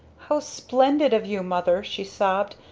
how splendid of you, mother! she sobbed.